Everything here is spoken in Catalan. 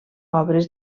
obres